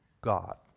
God